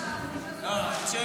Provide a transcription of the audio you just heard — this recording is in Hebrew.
לא עכשיו,